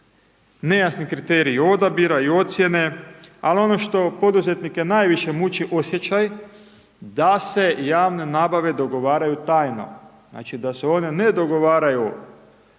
nejasni kriteriji odabira i ocjene ali ono što poduzetnike najviše muči osjećaj da se javne nabave dogovaraju tajno. Znači da se one ne dogovaraju tamo